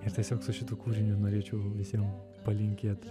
ir tiesiog su šituo kūriniu norėčiau visiem palinkėt